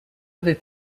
other